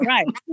Right